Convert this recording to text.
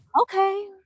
Okay